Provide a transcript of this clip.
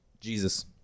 Jesus